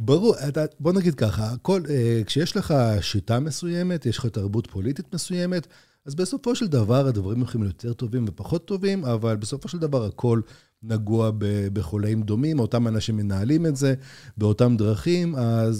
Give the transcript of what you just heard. ברור, בוא נגיד ככה, הכל, כשיש לך שיטה מסוימת, יש לך תרבות פוליטית מסוימת, אז בסופו של דבר הדברים הולכים ליותר טובים ופחות טובים, אבל בסופו של דבר הכל נגוע בחולאים דומים, ואותם אנשים מנהלים את זה באותם דרכים, אז...